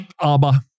ABBA